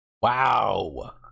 Wow